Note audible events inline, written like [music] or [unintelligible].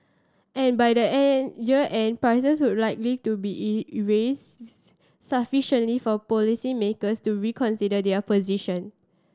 and by the [unintelligible] year end prices would likely to be [unintelligible] sufficiently for policymakers to reconsider their position